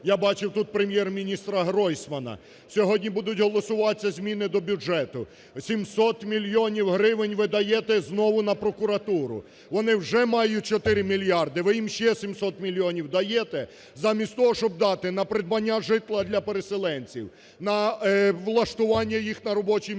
Я бачив тут Прем'єр-міністра Гройсмана, сьогодні будуть голосуватися зміни до бюджету, 700 мільйонів гривень ви даєте знову на прокуратуру. Вони вже мають чотири мільярди, ви їм ще 700 мільйонів даєте, замість того, щоб дати на придбання житла для переселенців, на влаштування їх на робочі місця,